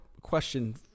question